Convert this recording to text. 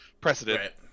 precedent